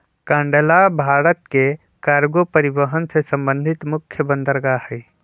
कांडला भारत के कार्गो परिवहन से संबंधित मुख्य बंदरगाह हइ